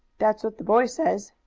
that's what the boy says.